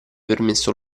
permesso